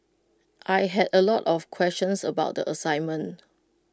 I had A lot of questions about the assignment